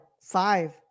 five